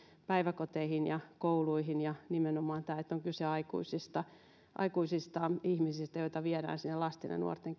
päiväkoteihin ja kouluihin ja nimenomaan tässä että on kyse aikuisista aikuisista ihmisistä joita viedään sinne lasten ja nuorten